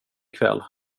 kväll